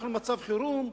אנחנו במצב חירום.